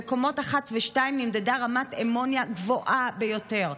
בקומות 1 ו-2 נמדדה רמת אמוניה גבוהה ביותר.